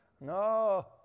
No